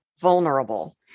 vulnerable